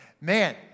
man